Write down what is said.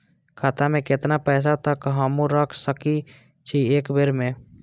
खाता में केतना पैसा तक हमू रख सकी छी एक बेर में?